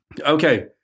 Okay